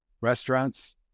restaurants